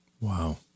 Wow